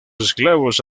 esclavos